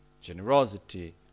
generosity